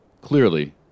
Clearly